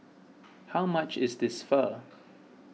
how much is this Pho